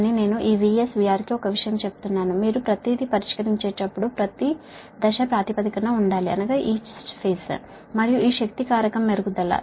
కానీ నేను ఒక విషయం చెప్తున్నాను మీరు ఎప్పుడైతే ప్రతిదీ పరిష్కరించేటప్పుడు ప్రతి ఫేజ్ఈ VS VR ప్రాతిపదికన ఉండాలి మరియు ఈ పవర్ ఫాక్టర్ పెరుగుతుంది